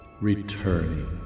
returning